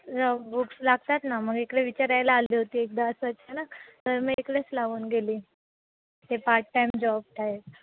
books लागतात ना मग इकडे विचार यायला आले होते एकदा स अचानक तर मग इकडेच लागून गेली ते पार्ट टाईम जॉब टायप